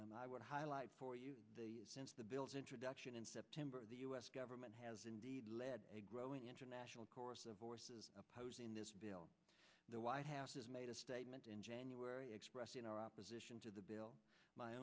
and i would highlight for you the bills introduction in september the us government has indeed led a growing international chorus of voices opposing this bill the white house has made a statement in january expressing our opposition to the bill my